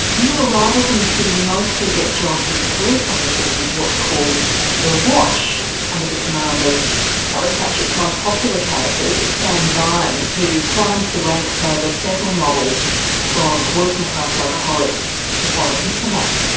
new arrivals in the city mostly get jobs as police officers with what's called the watch under the command of one of pratchett's most popular characters sam vimes who climbs the ranks ah over several novels from working class alcoholic to foreign diplomat.